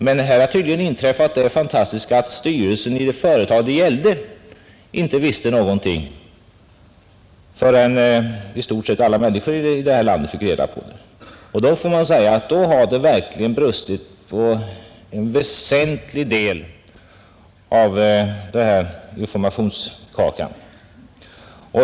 Men här har tydligen inträffat det fantastiska att styrelsen vid det företag det gällde inte visste något förrän i stort sett alla människor i detta land fått reda på det. Då får man säga att det verkligen i väsentlig grad brustit i fråga om information.